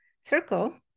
circle